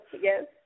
Yes